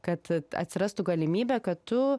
kad atsirastų galimybė kad tu